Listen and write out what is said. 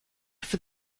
for